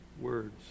words